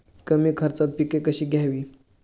कमी खर्चात पिके कशी घ्यावी?